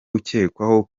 ukekwaho